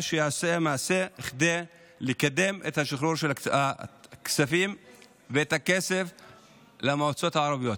שייעשה מעשה כדי לקדם את שחרור הכספים למועצות הערביות.